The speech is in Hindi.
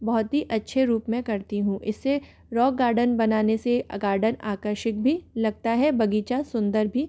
बहुत ही अच्छे रूप में करती हूँ इससे रॉक गार्डन बनाने से गार्डन आकर्षित भी लगता है बगीचा सुंदर भी